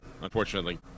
unfortunately